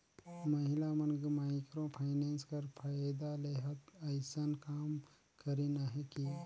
महिला मन microfinance कर फएदा लेहत अइसन काम करिन अहें कि